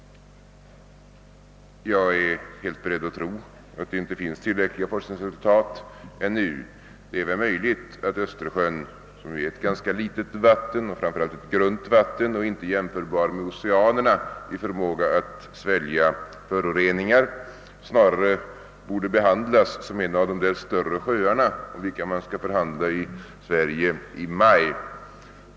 Jag är helt beredd att tro att det inte finns tillräckliga forskningsresultat ännu. Det är möjligt att Östersjön, som är ett ganska litet och framför allt grunt vatten och inte är jämförbar med oceanerna i förmåga att svälja föroreningar, snarare borde behandlas som en av dessa större sjöar, om vilka man skall förhandla i Sverige i maj.